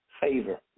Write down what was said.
favor